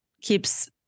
keeps